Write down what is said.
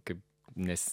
kaip nes